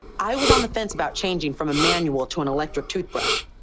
i was on the fence about changing from a manual to an electric toothbrush.